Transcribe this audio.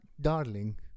darling